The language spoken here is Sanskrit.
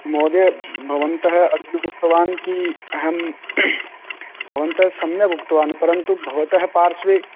महोदय भवन्तः अत्र उक्तवान् अहं भवन्तः सम्यक् उक्तवान् परन्तु भवतः पार्श्वे